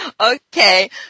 Okay